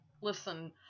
listen